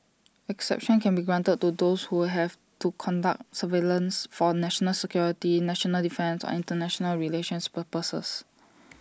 exceptions can be granted to those who have to conduct surveillance for national security national defence and International relations purposes